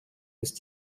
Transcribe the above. ist